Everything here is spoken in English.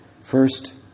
First